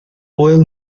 well